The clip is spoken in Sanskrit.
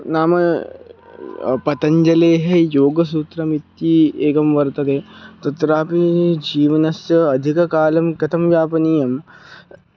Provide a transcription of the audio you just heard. नाम पतञ्जलेः योगसूत्रमिति एकं वर्तते तत्रापि जीवनस्य अधिककालं कथं व्यापनीयं